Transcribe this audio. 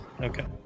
Okay